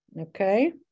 okay